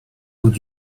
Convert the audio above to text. would